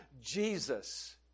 Jesus